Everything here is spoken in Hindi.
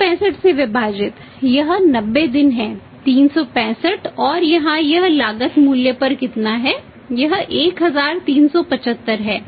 365 से विभाजित यह 90 दिन है 365 और यहाँ यह लागत मूल्य पर कितना है यह 1375 है